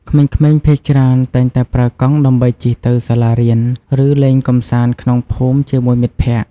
ក្មេងៗភាគច្រើនតែងតែប្រើកង់ដើម្បីជិះទៅសាលារៀន ឬលេងកម្សាន្តក្នុងភូមិជាមួយមិត្តភក្តិ។